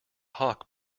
hawk